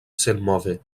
senmove